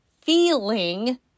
feeling